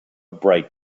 bright